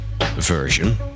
version